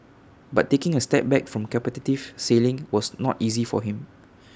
but taking A step back from competitive sailing was not easy for him